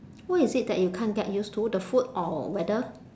what is it that you can't get used to the food or weather